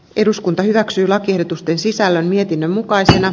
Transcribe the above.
eduskunta hyväksyy lakiehdotusten sisällön mietinnön mukaisina